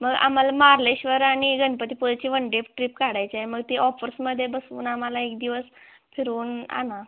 मग आम्हाला मार्लेश्वर आणि गणपतीपुळेची वन डे ट्रीप काढायची आहे मग ती ऑफर्समध्ये बसवून आम्हाला एक दिवस फिरवून आणा